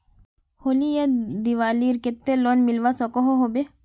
होली या दिवालीर केते लोन मिलवा सकोहो होबे?